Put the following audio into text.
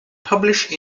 publish